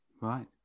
Right